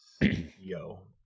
yo